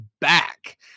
back